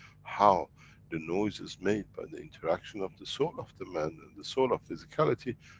how the noises made by the interaction of the soul of the man, and the soul of physicality,